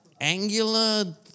angular